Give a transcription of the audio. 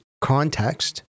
context